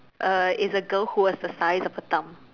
uh is a girl who was the size of a thumb